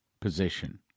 position